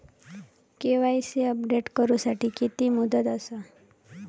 KYC update करू साठी किती मुदत आसा?